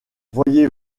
voyez